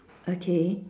okay